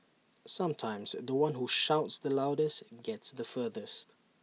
sometimes The One who shouts the loudest gets the furthest